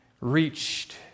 reached